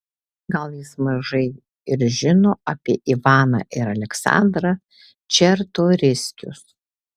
gal jis mažai ir žino apie ivaną ir aleksandrą čartoriskius